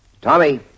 Tommy